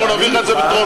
נעביר לך את זה בטרומית.